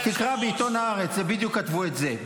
אז תקרא בעיתון הארץ, בדיוק כתבו את זה.